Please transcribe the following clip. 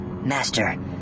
Master